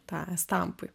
tą estampui